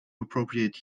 appropriate